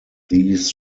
these